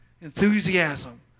enthusiasm